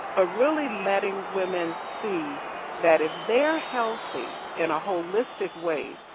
ah really letting women see that if they're healthy in a holistic way,